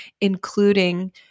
including